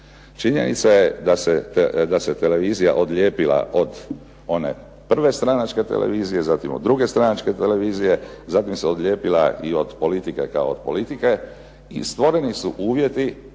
Činjenica je da se televizija odlijepila od one prve stranačke televizije, zatim od stranačke televizije, zatim se odlijepila i od politike kao od politike i stvoreni su uvjeti